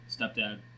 stepdad